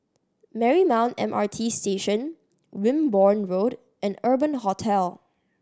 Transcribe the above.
Marymount M R T Station Wimborne Road and Urban Hostel